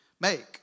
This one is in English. make